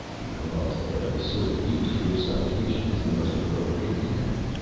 because they are the sort of views to which suffocation is the most appropriate end,